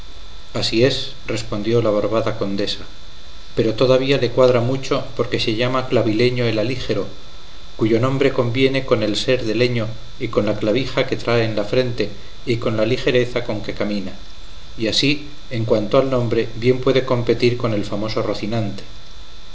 así es respondió la barbada condesa pero todavía le cuadra mucho porque se llama clavileño el alígero cuyo nombre conviene con el ser de leño y con la clavija que trae en la frente y con la ligereza con que camina y así en cuanto al nombre bien puede competir con el famoso rocinante